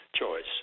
choice